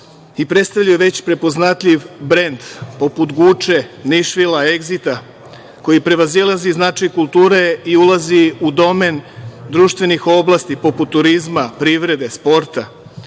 i predstavljaju već prepoznatljiv brend, poput „Guče“, „Nišvila“, „Egzita“ koji prevazilazi značaj kulture i ulazi u domen društvenih oblasti poput turizma, privrede,